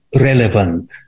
relevant